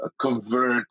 convert